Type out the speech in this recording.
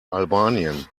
albanien